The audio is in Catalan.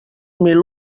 mil